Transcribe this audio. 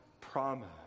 promise